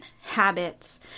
habits